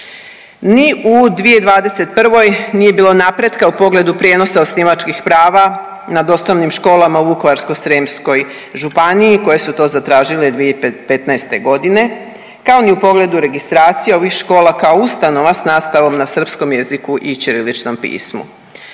Ni u 2021. nije bilo napretka u pogledu prijenosa osnivačkih prava nad osnovnim školama u Vukovarsko-srijemskoj županiji koje su to zatražile 2015.g., kao ni u pogledu registracije ovih škola kao ustanova s nastavom na srpskom jeziku i ćiriličnom pismu.